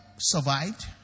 survived